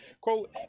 Quote